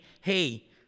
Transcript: Hey